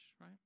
right